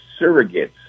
surrogates